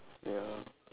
ya